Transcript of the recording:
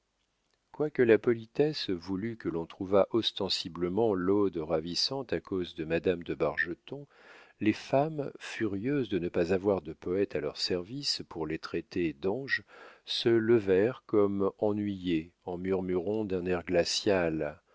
quoique la politesse voulût que l'on trouvât ostensiblement l'ode ravissante à cause de madame de bargeton les femmes furieuses de ne pas avoir de poète à leur service pour les traiter d'anges se levèrent comme ennuyées en murmurant d'un air glacial